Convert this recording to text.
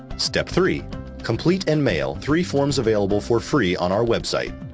step three complete and mail three forms available for free on our website,